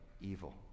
evil